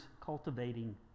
cultivating